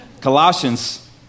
Colossians